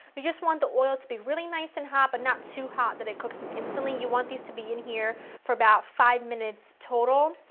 you just want the oil to be really nice and hot but not too hot that it cooks them instantly, you want these to be in here for about five minutes total.